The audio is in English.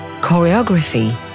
choreography